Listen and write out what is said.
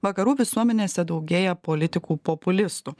vakarų visuomenėse daugėja politikų populistų